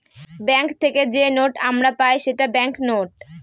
bank থেকে যে note আমরা পাই সেটা ব্যাঙ্ক নোট